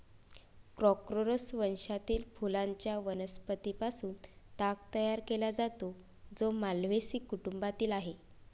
Corchorus वंशातील फुलांच्या वनस्पतीं पासून ताग तयार केला जातो, जो माल्व्हेसी कुटुंबातील आहे